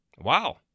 Wow